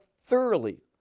thoroughly